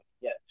Yes